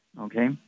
Okay